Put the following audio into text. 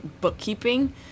bookkeeping